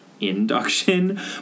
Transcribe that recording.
induction